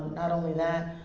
not only that,